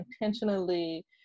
intentionally